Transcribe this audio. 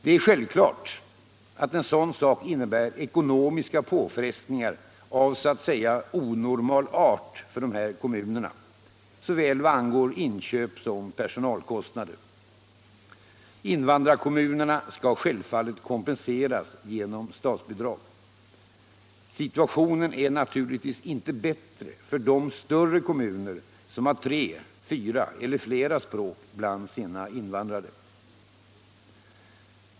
Det är självklart att en sådan sak innebär ekonomiska påfrestningar av så att säga onormal art för dessa kommuner — vad angår såväl inköp som personalkostnader. Invandrarkommunerna skall självfallet kompenseras genom statsbidrag. Situationen är naturligtvis inte bättre för de större kommuner som har tre, fyra eller flera språk bland sina invandrare.